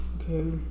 okay